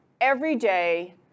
everyday